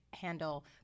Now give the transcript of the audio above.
handle